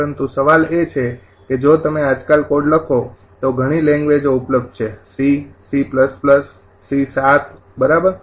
પરંતુ સવાલ એ છે કે જો તમે આજકાલ કોડ લખો છો તો ઘણી લેંગ્વેજો ઉપલબ્ધ છે C C C શાર્પ બરાબર